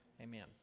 Amen